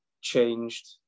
changed